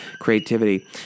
creativity